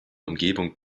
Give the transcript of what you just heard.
umgebung